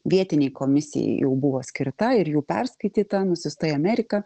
vietinei komisijai jau buvo skirta ir jų perskaityta nusiųsta į ameriką